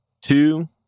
two